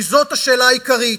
כי זאת השאלה העיקרית.